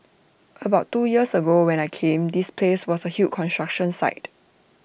about two years ago when I came this place was A huge construction site